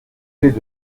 causer